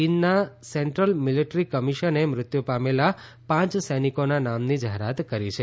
ચીનના central military કમિશને મૃત્યુ પામેલા પાંચ સૈનિકોના નામની જાહેરાત કરી છે